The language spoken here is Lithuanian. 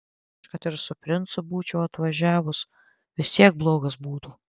aš kad ir su princu būčiau atvažiavus vis tiek blogas būtų